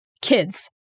kids